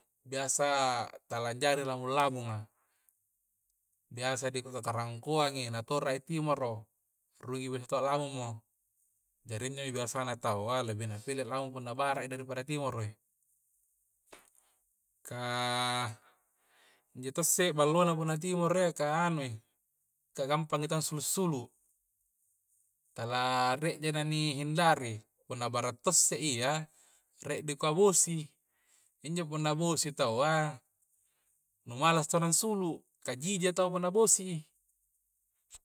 Biasa tala jari i lamung-lamunga biasa di kukarangkoangi na torai timoro rugi'i bede ta'lamung mo jari injo biasa na taua lebih na pilih lamung punna bara'i daripada timoro i kah injo to'se ballona punna timoro ya kah anu i kah gampangi taua sulu-sulu tala rie ji na ni hindari punna bara to'si iyya rie dikua bosi' injo punna bosi' tawwa nu malasa orang sulu kah jiji' tawwa punna bosi'i